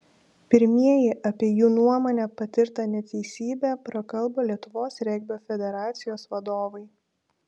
pirmieji apie jų nuomone patirtą neteisybę prakalbo lietuvos regbio federacijos vadovai